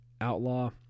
Outlaw